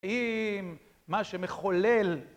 אם מה שמחולל